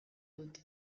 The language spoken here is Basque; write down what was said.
dut